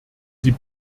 sie